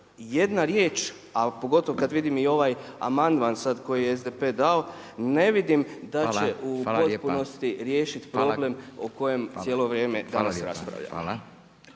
jedna riječ a pogotovo kada vidim i ovaj amandman sada koji je SDP dao ne vidim da će u potpunosti riješiti problem o kojem cijelo vrijeme danas raspravljamo.